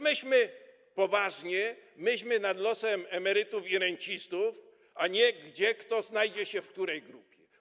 Myślmy poważnie, myślmy nad losem emerytów i rencistów, a nie kto znajdzie się w której grupie.